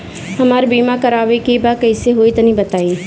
हमरा बीमा करावे के बा कइसे होई तनि बताईं?